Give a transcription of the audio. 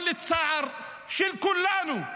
אבל לצער של כולנו,